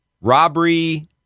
robbery